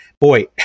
Boy